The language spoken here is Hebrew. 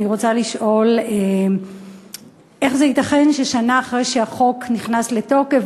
אני רוצה לשאול: איך ייתכן ששנה אחרי שהחוק נכנס לתוקף,